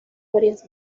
varias